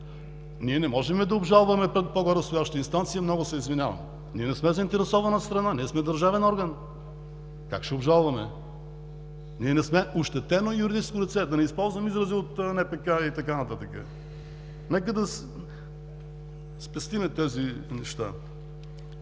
Ние не можем да обжалваме пред по-горе стояща инстанция, много се извинявам! Ние не сме заинтересована страна. Ние сме държавен орган. Как ще обжалваме? Ние не сме ощетено юридическо лице – да не използвам изрази от НПК, и така нататък. Нека да спестим тези неща.